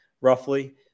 roughly